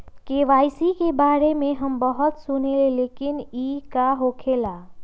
KYC के बारे में हम बहुत सुनीले लेकिन इ का होखेला?